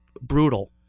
brutal